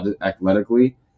athletically